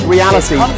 Reality